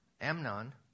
Amnon